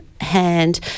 hand